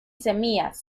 semillas